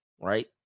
right